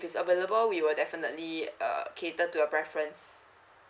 available we will definitely uh cater to your preference